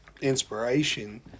inspiration